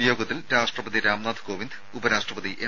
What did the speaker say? വിയോഗത്തിൽ രാഷ്ട്രപതി രാംനാഥ് കോവിന്ദ് ഉപരാഷ്ട്രപതി എം